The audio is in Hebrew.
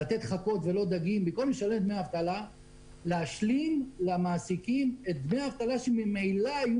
לתת חכות ולא דגים להשלים למעסיקים את דמי האבטלה שממילא היו